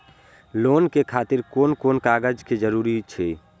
Loan के खातिर कोन कोन कागज के जरूरी छै?